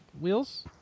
wheels